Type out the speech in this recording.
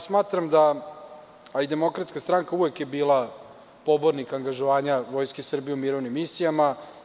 Smatram da, a i DS je uvek bila pobornik angažovanja Vojske Srbije u mirovnim misijama.